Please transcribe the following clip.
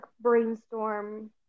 brainstorm